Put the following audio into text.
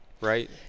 right